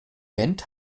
band